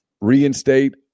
reinstate